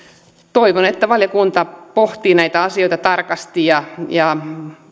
toivon että valiokunta pohtii näitä asioita tarkasti